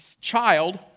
child